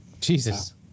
Jesus